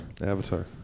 Avatar